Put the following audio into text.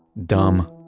dumb,